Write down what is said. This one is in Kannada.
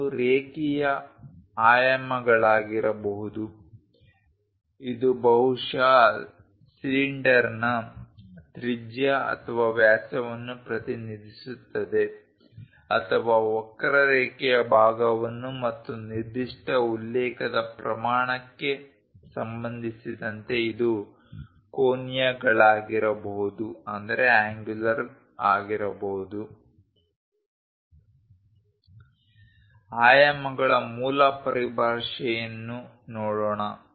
ಅವು ರೇಖೀಯ ಆಯಾಮಗಳಾಗಿರಬಹುದು ಇದು ಬಹುಶಃ ಸಿಲಿಂಡರ್ನ ತ್ರಿಜ್ಯ ಅಥವಾ ವ್ಯಾಸವನ್ನು ಪ್ರತಿನಿಧಿಸುತ್ತದೆ ಅಥವಾ ವಕ್ರರೇಖೆಯ ಭಾಗವನ್ನು ಮತ್ತು ನಿರ್ದಿಷ್ಟ ಉಲ್ಲೇಖದ ಪ್ರಮಾಣಕ್ಕೆ ಸಂಬಂಧಿಸಿದಂತೆ ಇದು ಕೋನೀಯಗಳಾಗಿರಬಹುದು ಆಯಾಮಗಳ ಮೂಲ ಪರಿಭಾಷೆಯನ್ನು ನೋಡೋಣ